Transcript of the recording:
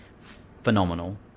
phenomenal